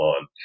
on